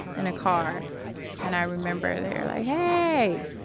in a car and i remember they were like, hey!